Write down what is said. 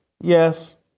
Yes